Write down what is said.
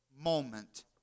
moment